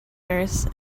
nurse